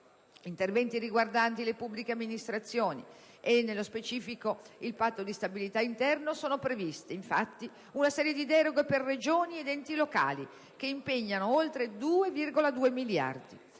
interventi riguardanti le pubbliche amministrazioni, e nello specifico il Patto di stabilità interno, sono previste una serie di deroghe per Regioni ed enti locali, che impegnano oltre 2,2 miliardi: